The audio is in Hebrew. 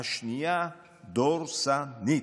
השנייה דורסנית.